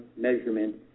measurement